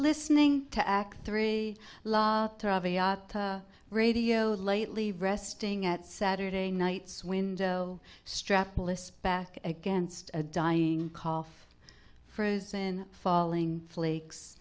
listening to act three radio lightly resting at saturday night's window strapless back against a dying cough frozen falling flakes